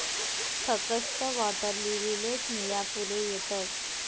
फकस्त वॉटरलीलीलेच नीया फुले येतस